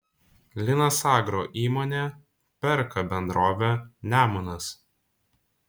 linas agro įmonė perka bendrovę nemunas